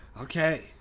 Okay